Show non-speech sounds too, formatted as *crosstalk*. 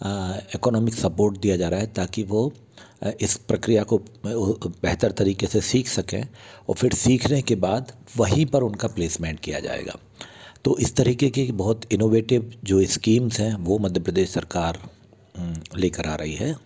economy support दिया जा रहा है ताकि वो इस प्रक्रिया को *unintelligible* बेहतर तरीके से सीख सके और फिर सीखने के बाद वही पे उनका प्लैसमेंट किया जाएगा तो इस तरीके के बहुत इनोवेटिव जो स्कीमस है वो मध्य प्रदेश सरकार लेकर आ रही है